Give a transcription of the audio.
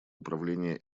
управление